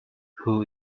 who